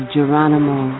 Geronimo